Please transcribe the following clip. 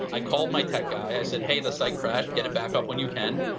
i called my tech guy, i said hey, the site crashed get it back up when you can.